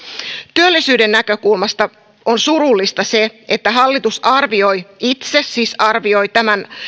työllisyyden näkökulmasta on surullista se että hallitus arvioi itse tämän